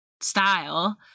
style